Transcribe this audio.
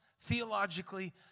theologically